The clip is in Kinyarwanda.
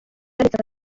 akazi